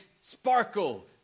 Sparkle